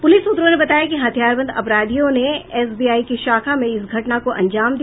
police सूत्रों ने बताया कि हथियार बंद अपराधियों ने एसबीआई की शाखा में इस घटना को अंजाम दिया